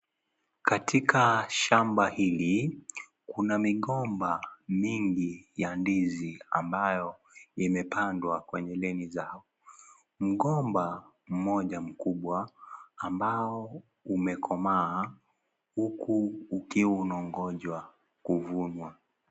Katika shamba hili kuna migomba miingi za ndizi ambayo zimepandwa kwenye leni zao. Mgomba mmoja mkubwa ambao umekomaa huku ukiwa unangowja kuvunwa.